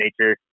nature